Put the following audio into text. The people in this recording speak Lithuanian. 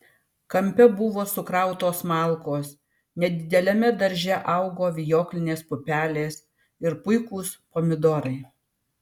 kampe buvo sukrautos malkos nedideliame darže augo vijoklinės pupelės ir puikūs pomidorai